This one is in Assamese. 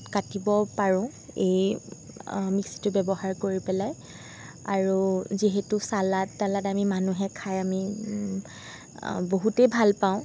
কাটিব পাৰোঁ এই মিক্সিটো ব্যৱহাৰ কৰি পেলাই আৰু যিহেতু চালাড তালাড আমি মানুহে খাই আমি বহুতেই ভাল পাওঁ